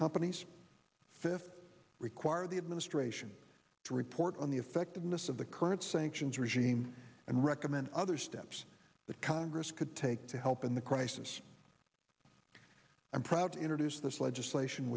companies fifth require the administration to report on the effectiveness of the current sanctions regime and recommend other steps that congress could take to help in the crisis i'm proud to introduce this legislation